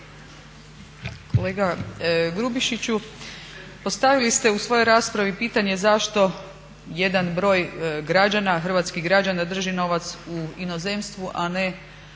Kolega Grubišiću postavili ste u svojoj raspravi pitanje zašto jedan broj hrvatskih građana drži novac u inozemstvu, a ne